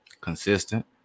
consistent